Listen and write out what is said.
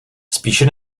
spíše